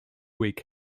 week